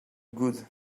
good